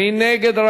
מי נגד?